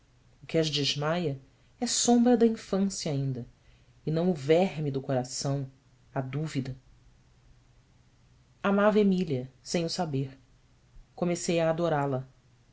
o que as desmaia é sombra da infância ainda e não o verme do coração a dúvida amava emília sem o saber comecei a adorá-la